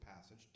passage